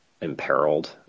imperiled